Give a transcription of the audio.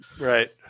Right